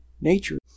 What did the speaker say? nature